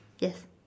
yes